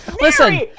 listen